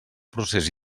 procés